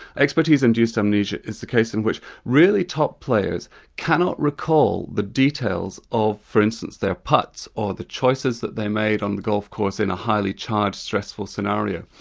expertise-induced amnesia is the case in which really top players cannot recall the details of, for instance, their putts, or the choices that they made on the golf course in a highly charged stressful scenario.